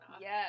Yes